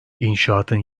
i̇nşaatın